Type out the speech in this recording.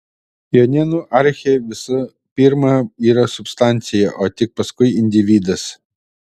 jonėnų archė visų pirma yra substancija o tik paskui individas